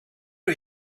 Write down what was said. are